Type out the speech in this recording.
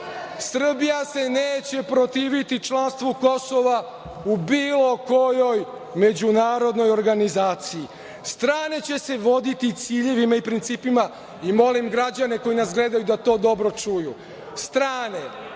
Srbija se neće protiviti članstvu Kosova u bilo kojoj međunarodnoj organizaciji. Strane će se voditi ciljevima i principima. Molim građane koji nas gledaju da to dobro čuju. Strane,